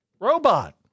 Robot